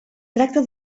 tracta